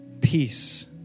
peace